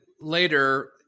later